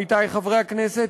עמיתי חברי הכנסת,